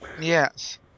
Yes